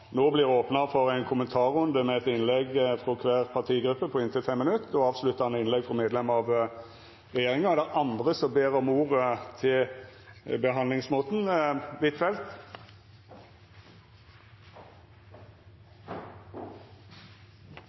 opna for ein kommentarrunde med eitt innlegg frå kvar partigruppe på inntil 5 minutt og avsluttande innlegg frå medlemer av regjeringa. Er det andre som ber om ordet til behandlingsmåten?